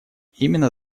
именно